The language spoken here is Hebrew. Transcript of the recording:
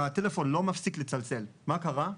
הטלפון לא מפסיק לצלצל, מה קרה,